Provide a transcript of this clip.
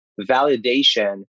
validation